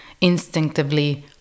instinctively